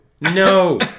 no